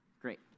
Great